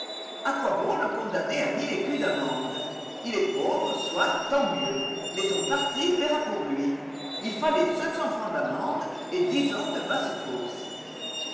a quoi bon le condamner à mille écus d'amende il est pauvre soit tant mieux mais son parti paiera pour lui il fallait cinq cents francs d'amende et dix ans de